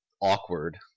awkward